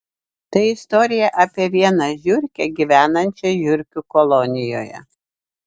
tai istorija apie vieną žiurkę gyvenančią žiurkių kolonijoje